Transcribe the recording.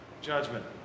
judgment